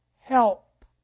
help